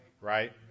right